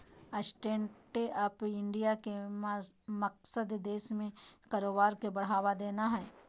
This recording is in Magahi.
स्टैंडअप इंडिया के मकसद देश में कारोबार के बढ़ावा देना हइ